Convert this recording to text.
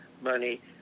money